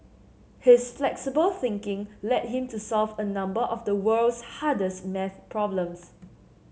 his flexible thinking led him to solve a number of the world's hardest maths problems